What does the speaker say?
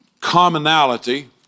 commonality